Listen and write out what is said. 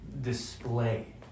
display